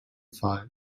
five